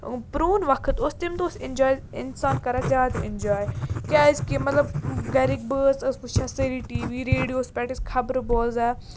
پرون وقت اوس تمہِ دۄہ اوس اٮ۪نجاے اِنسان کران زیادٕ اینجاے کیازِ کہِ مطلب گرِکۍ بٲژ ٲس وٕچھان سٲری ٹی وی ریڈیووس پٮ۪ٹھ ٲسۍ خبرٕ بوزان